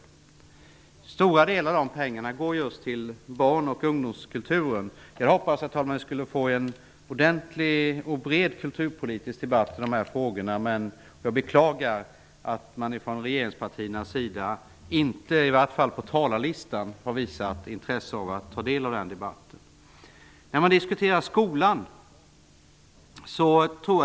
En stor del av dessa pengar föreslås gå just till barn och ungdomskulturen. Herr talman! Jag hade hoppats att vi skulle få en bred kulturpolitisk debatt i dag, och jag beklagar att man från regeringspartiernas sida inte -- i varje fall av talarlistan att döma -- visat något intresse för en sådan debatt.